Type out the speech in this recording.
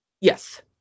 yes